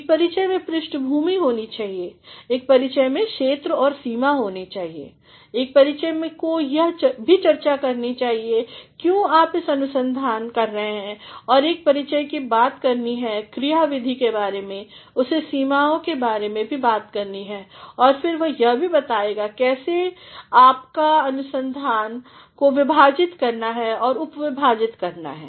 एक परिचय में पृष्ठभूमिहोना चाहिए एक परिचय में क्षेत्र और सीमा होनी चाहिए एक परिचय को यह भी चर्चा करनी चाहिए क्यों आप यह अनुसंधान कर रहे हैं और एक परिचय को बात करनी है क्रियाविधि के बारे में उसे सीमाओं के बारे में भी बात करनी है और फिर वह यह भी बताएगाकैसे आपके अनुसंधान को विभाजित और उप विभाजित किया गया है